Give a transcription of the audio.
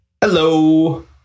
Hello